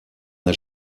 n’a